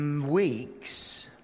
weeks